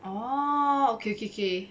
oh okay okay okay